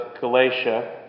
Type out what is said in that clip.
Galatia